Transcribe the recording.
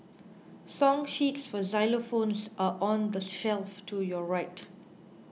song sheets for xylophones are on the shelf to your right